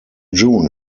june